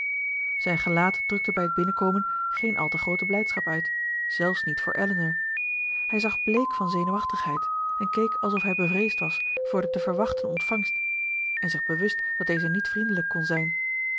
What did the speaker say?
zijn gelaat drukte bij het binnenkomen geen al te groote blijdschap uit zelfs niet voor elinor hij zag bleek van zenuwachtigheid en keek alsof hij bevreesd was voor de te verwachten ontvangst en zich bewust dat deze niet vriendelijk kon zijn